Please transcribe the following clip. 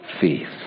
faith